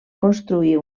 construir